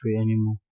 anymore